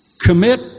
commit